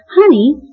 Honey